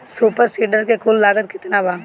Super seeder के कुल लागत केतना बा?